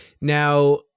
now